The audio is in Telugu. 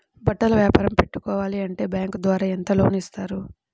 బట్టలు వ్యాపారం పెట్టుకోవాలి అంటే బ్యాంకు ద్వారా ఎంత లోన్ ఇస్తారు?